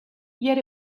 yet